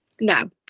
No